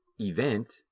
event